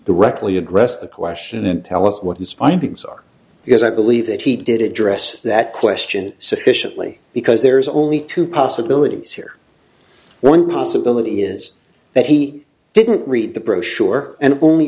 directly address the question and tell us what his findings are because i believe that he did it dress that question sufficiently because there's only two possibilities here one possibility is that he didn't read the brochure and only